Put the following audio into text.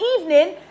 evening